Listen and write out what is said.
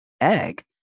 egg